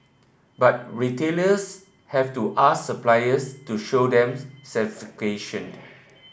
but retailers have to ask suppliers to show them certification